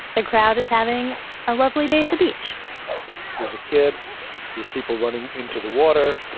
the crowd is having a lovely day at the beach there's a kid. there's people running into the water.